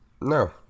no